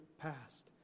past